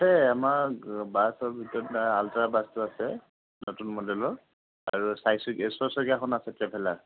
আছে আমাৰ বাছৰ ভিতৰত আলটা বাছটো আছে নতুন মডেলৰ আৰু চাৰিচকীয়া ছয়চকীয়াখন আছে টেভেলাৰ